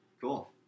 Cool